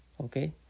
Okay